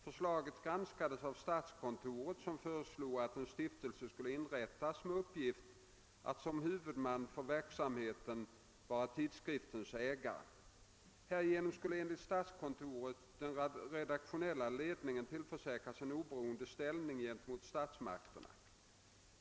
Förslaget granskades av statskontoret, som föreslog att en stiftelse skulle inrättas med uppgift att som huvudman för verksamheten vara tidskriftens ägare. Härigenom skulle enligt statskontoret den redaktionella ledningen tillförsäkras en oberoende ställning gentemot statsmakterna.